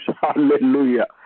Hallelujah